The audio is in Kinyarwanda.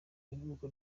ivuko